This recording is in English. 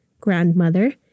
grandmother